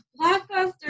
Blockbuster